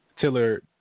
Tiller